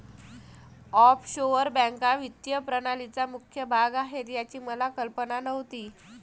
offshore बँका वित्तीय प्रणालीचा मुख्य भाग आहेत याची मला कल्पना नव्हती